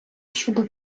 щодо